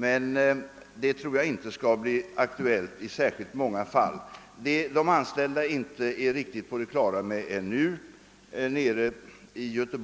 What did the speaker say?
Jag tror dock inte att detta skall bli aktuellt i särskilt många fall. De anställda i Göteborg har ännu inte fått